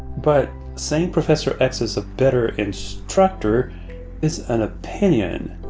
but saying prof. ecks is a better instructor is an opinion.